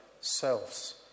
selves